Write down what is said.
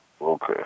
Okay